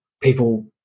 people